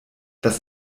das